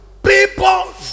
People